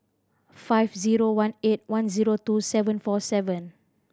five zero one eight one zero two seven four seven